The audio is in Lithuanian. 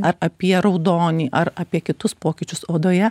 ar apie raudonį ar apie kitus pokyčius odoje